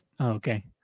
Okay